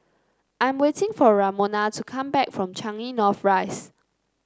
I am waiting for Ramona to come back from Changi North Rise